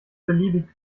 beliebig